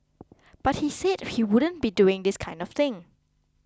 but he said he wouldn't be doing this kind of thing